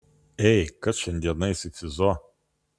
ei kas šiandien eis į fizo